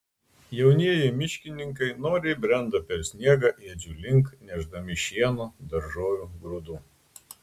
jaunieji miškininkai noriai brenda per sniegą ėdžių link nešdami šieno daržovių grūdų